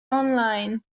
online